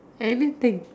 anything